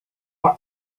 were